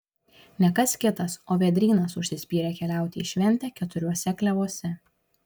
ne kas kitas o vėdrynas užsispyrė keliauti į šventę keturiuose klevuose